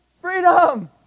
freedom